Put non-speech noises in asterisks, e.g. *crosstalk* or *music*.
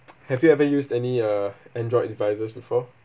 *noise* have you ever used any uh Android devices before